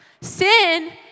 sin